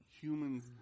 Humans